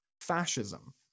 fascism